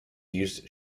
used